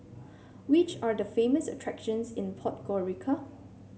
which are the famous attractions in Podgorica